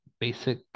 basic